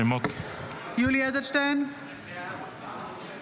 (קוראת בשמות חברי הכנסת)